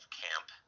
camp